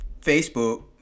Facebook